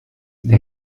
der